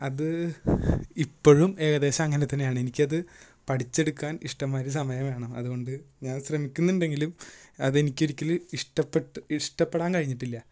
അത് ഇപ്പഴും ഏകദേശം അങ്ങനെ തന്നെയാണ് എനിക്കത് പഠിച്ചെടുക്കാൻ ഇഷ്ടം മാതിരി സമയം വേണം അതുകൊണ്ട് ഞാന് ശ്രമിക്കുന്നുണ്ടെങ്കിലും അതെനിക്കൊരിക്കലും ഇഷ്ട്ടപ്പെട്ട് ഇഷ്ട്ടപ്പെടാൻ കഴിഞ്ഞിട്ടില്ല